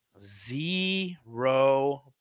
zero